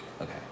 Okay